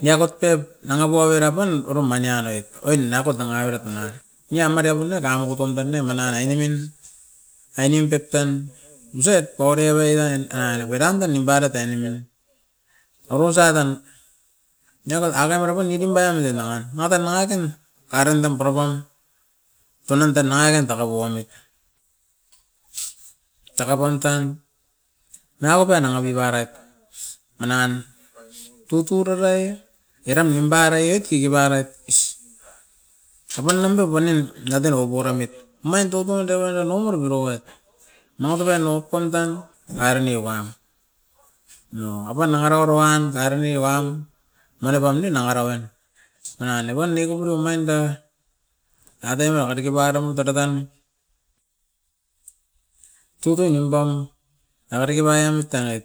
Niakot pep nanga puap era pan oro omain ia roit, oin niakot nanga oirat nanga, nia matepun nou tamoko kompen ne mana ainemin, ainim pep tan usaet pauari avaerain an anda vedain tan nimparaiet ainemin. Orosai tan niakot avae avera pan neutin vaiem ne makan, ion a tan maka tan karin tam pura paun tunan tan nangaken taka poamit. Taka poim tan, niakot ne nanga pep pairait manan, tutu raraie eram nimparaiet kiki paraiet. Apan namba puanin natin o puara mit, omain tutoun deuara momoro mirowet, mamato pen o pen tan naira niopam. Nao apan dakarao rovan taironi owam mare pam ne nanga noven. Nangaan evan ne kupuru omain da, adeva a deke parum tata tan, tutu nimpam a diki paien tanait.